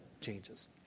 changes